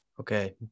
Okay